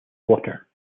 water